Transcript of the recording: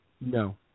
No